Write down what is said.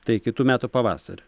tai kitų metų pavasarį